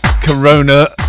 Corona